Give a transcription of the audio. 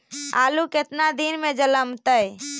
आलू केतना दिन में जलमतइ?